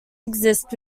exist